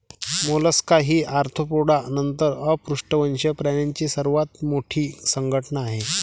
Mollusca ही Arthropoda नंतर अपृष्ठवंशीय प्राण्यांची दुसरी सर्वात मोठी संघटना आहे